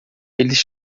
eles